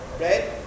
right